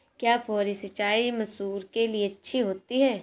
क्या फुहारी सिंचाई मसूर के लिए अच्छी होती है?